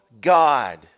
God